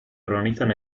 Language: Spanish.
organizan